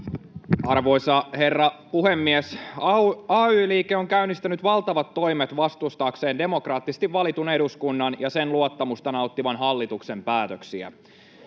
Arvoisa herra puhemies! Ay-liike on käynnistänyt valtavat toimet vastustaakseen demokraattisesti valitun eduskunnan ja sen luottamusta nauttivan hallituksen päätöksiä.